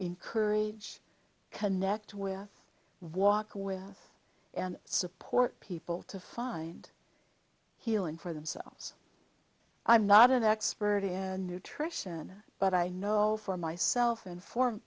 in courage connect with walk with and support people to find healing for themselves i'm not an expert in nutrition but i know for myself and for